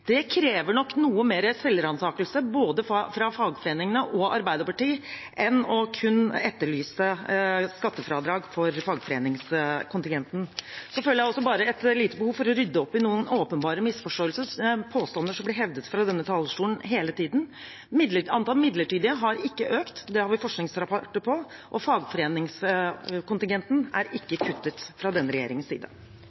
Det krever nok noe mer selvransakelse hos både fagforeningene og Arbeiderpartiet enn kun å etterlyse skattefradrag for fagforeningskontingenten. Jeg føler også et lite behov for å rydde opp i noen åpenbare misforståelser og påstander som kommer fra denne talerstolen hele tiden: Antallet midlertidige stillinger har ikke økt. Det har vi forskningsrapporter på. Og fradraget for fagforeningskontingenten er ikke